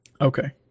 Okay